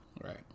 Right